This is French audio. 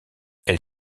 elle